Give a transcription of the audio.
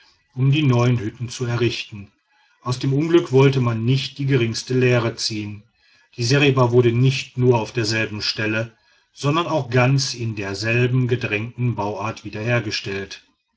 um die neuen hütten zu errichten aus dem unglück wollte man nicht die geringste lehre ziehen die seriba wurde nicht nur auf derselben stelle sondern auch ganz in derselben gedrängten bauart